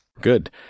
Good